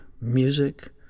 music